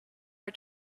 are